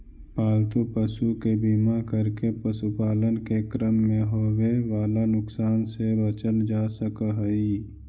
पालतू पशु के बीमा करके पशुपालन के क्रम में होवे वाला नुकसान से बचल जा सकऽ हई